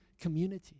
community